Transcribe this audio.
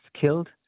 killed